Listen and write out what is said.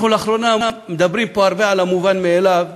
אנחנו לאחרונה מדברים פה על המובן מאליו,